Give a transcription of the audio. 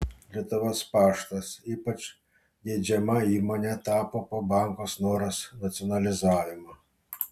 lietuvos paštas ypač geidžiama įmone tapo po banko snoras nacionalizavimo